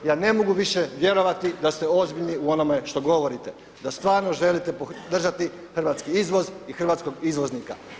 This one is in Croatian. Ja ne mogu više vjerovati da ste ozbiljni u onome što govorite, da stvarno želite podržati hrvatski izvoz i hrvatskog izvoznika.